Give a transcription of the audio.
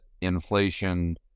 inflation